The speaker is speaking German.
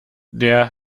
der